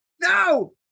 No